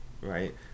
right